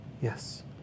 Yes